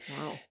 Wow